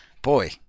Boy